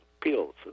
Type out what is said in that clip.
pills